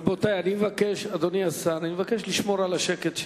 רבותי, אדוני השר, אני מבקש לשמור על השקט.